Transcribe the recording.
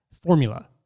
formula